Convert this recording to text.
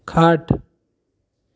खाट